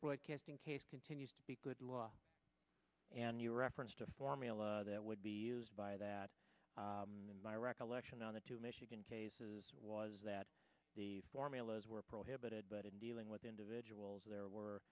broadcasting case continues to be good and you referenced a formula that would be used by that and my recollection on the two michigan cases was that the formulas were prohibited but in dealing with individuals there were